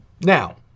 Now